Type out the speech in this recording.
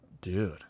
Dude